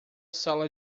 sala